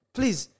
Please